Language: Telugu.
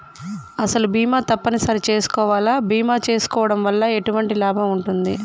అసలు బీమా తప్పని సరి చేసుకోవాలా? బీమా చేసుకోవడం వల్ల ఎటువంటి లాభం ఉంటది?